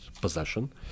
possession